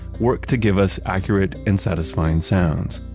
work to give us accurate and satisfying sounds,